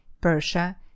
Persia